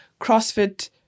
CrossFit